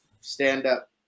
stand-up